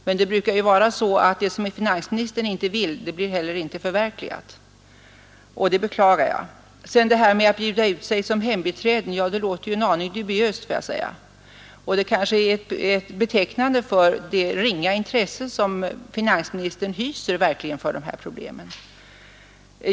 Men det brukar ju vara så att det som finansministern inte vill, det blir inte heller förverkligat, och det beklagar jag. Detta med att bjuda ut sig som hembiträden låter en aning dubiöst, får jag säga, och det är kanske betecknande för det ringa intresse som finansministern hyser för de här problemen.